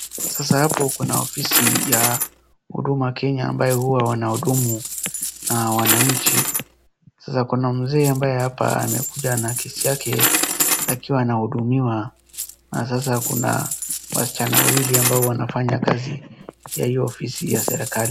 Sasa hapo kuna ofisi ya huduma Kenya ambayo huwa wanahudumu na wananchi sasa kuna mzee ambaye hapa amekuja na kesi yake akiwa anahudumiwa na sasa kuna wasichana wawili ambao wanafanya kazi ya hiyo ofisi ya serikali.